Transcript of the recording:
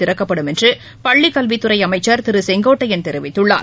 திறக்கப்படும் என்று பள்ளிக் கல்வித்துறை அமைச்சள் திரு கே ஏ செங்கோட்டையள் தெரிவித்குள்ளார்